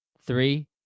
Three